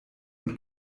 und